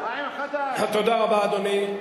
תודה רבה, אדוני.